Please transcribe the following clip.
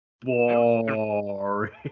Boring